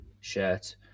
shirt